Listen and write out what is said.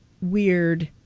weird